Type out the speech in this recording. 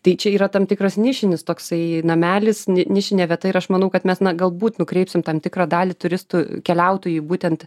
tai čia yra tam tikras nišinis toksai namelis nišinė vieta ir aš manau kad mes na galbūt nukreipsim tam tikrą dalį turistų keliautojų būtent